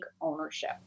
ownership